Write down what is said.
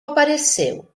apareceu